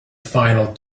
final